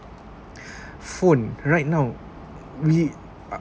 phone right now we are